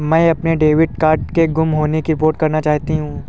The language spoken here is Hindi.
मैं अपने डेबिट कार्ड के गुम होने की रिपोर्ट करना चाहती हूँ